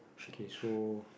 okay so